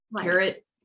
carrot